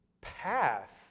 path